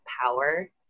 power